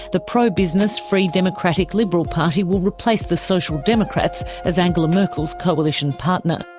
the pro-business free democratic liberal party will replace the social democrats as angela merkel's coalition partner.